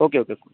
okay okay कोई नहीं